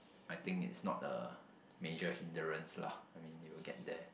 I think it's not a major hindrance lah I mean they will get there